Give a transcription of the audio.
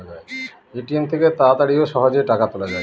ATM থেকে তাড়াতাড়ি ও সহজেই টাকা তোলা যায়